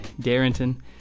Darrington